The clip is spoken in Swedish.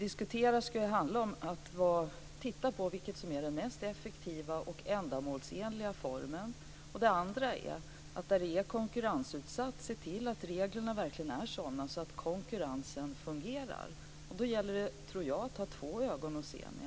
Det handlar om att titta på vilken som är den mest effektiva och ändamålsenliga formen. Dessutom handlar det om att se till att reglerna verkligen är sådana att konkurrensen fungerar där verksamheten är konkurrensutsatt. Då tror jag att det gäller att ha två ögon att se med.